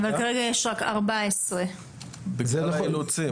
אבל כרגע יש רק 14. בגלל האילוצים.